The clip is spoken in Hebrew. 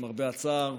למרבה הצער,